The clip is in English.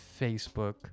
facebook